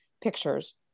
pictures